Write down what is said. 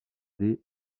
des